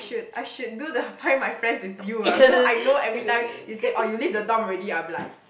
I should do the Find My Friends with you ah so I know every time you say oh you live the dorm already I'll be like